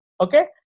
okay